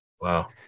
Wow